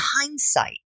hindsight